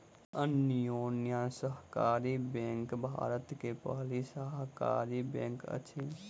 Anyonya Sahakari bank Bharat के पहिल सहकारी बैंक अछि